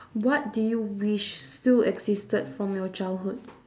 what do you wish still existed from your childhood